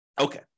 Okay